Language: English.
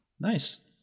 Nice